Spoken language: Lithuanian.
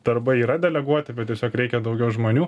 darbai yra deleguoti bet tiesiog reikia daugiau žmonių